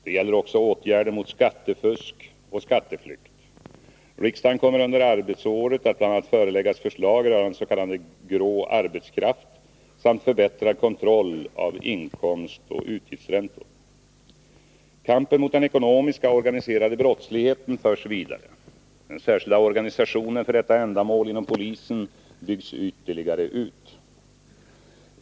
Det gäller också åtgärder mot skattefusk och skatteflykt. Riksdagen kommer under arbetsåret att bl.a. föreläggas förslag rörande s.k. grå arbetskraft samt förbättrad kontroll av inkomstoch utgiftsräntor. Kampen mot den ekonomiska och organiserade brottsligheten förs vidare. Den särskilda organisationen för detta ändamål inom polisen byggs ytterligare ut.